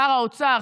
שר האוצר,